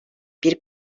bir